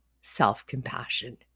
self-compassion